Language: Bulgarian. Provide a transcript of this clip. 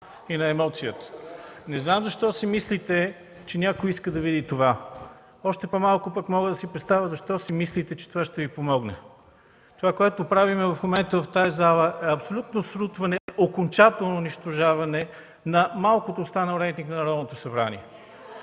и на емоцията. Не знам защо си мислите, че някой иска да види това. Още по-малко пък мога да си представя защо си мислите, че това ще Ви помогне. Това, което правим в момента в тази зала е абсолютно срутване, окончателно унищожаване на малкото останал рейтинг на Народното събрание.